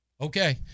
Okay